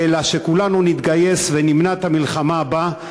אלא שכולנו נתגייס ונמנע את המלחמה הבאה,